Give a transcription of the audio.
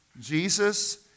Jesus